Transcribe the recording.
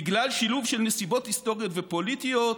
בגלל שילוב של נסיבות היסטוריות ופוליטיות,